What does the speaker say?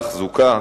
תחזוקה,